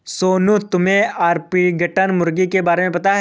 सोनू, तुम्हे ऑर्पिंगटन मुर्गी के बारे में पता है?